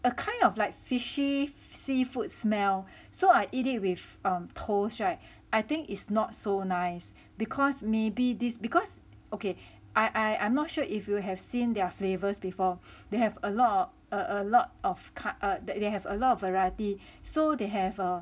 a kind of like fishy seafood smell so I eat it with urr toast [right] I think it's not so nice because maybe this because okay I I I'm not sure if you have seen their flavours before they have a lot a lot of card err that they have a lot of variety so they have a